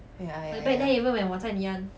ya ya